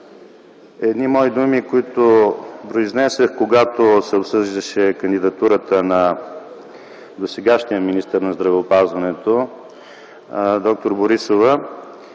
мои думи, които произнесох, когато се обсъждаше кандидатурата на досегашния министър на здравеопазването д-р Борисова,